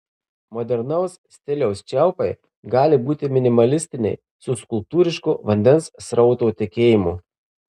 modernaus stiliaus čiaupai gali būti minimalistiniai su skulptūrišku vandens srauto tekėjimu